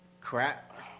Crap